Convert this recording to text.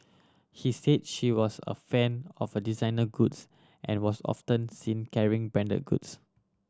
he say she was a fan of a designer goods and was often seen carrying branded goods